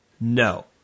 No